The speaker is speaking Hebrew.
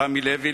רמי לוי,